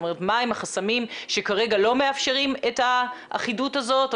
מה הם החסמים שכרגע לא מאפשרים את האחידות הזאת או